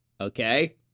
Okay